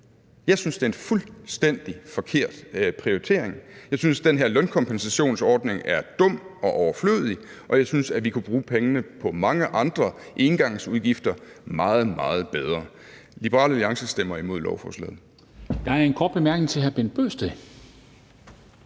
Jeg synes, det er en fuldstændig forkert prioritering. Jeg synes, at den her lønkompensationsordning er dum og overflødig, og jeg synes, at vi kunne bruge pengene på mange andre engangsudgifter meget, meget bedre. Liberal Alliance stemmer imod lovforslaget.